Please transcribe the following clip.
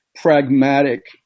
pragmatic